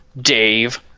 Dave